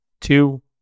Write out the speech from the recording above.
two